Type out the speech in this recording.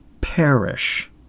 perish